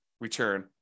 return